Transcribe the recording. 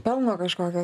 pelno kažkokio